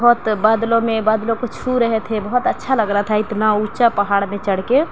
بہت بادلوں میں بادلوں كو چھو رہے تھے بہت اچّھا لگ رہا تھا اتنا اونچا پہاڑ پہ چڑھ کے